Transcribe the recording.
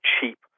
cheap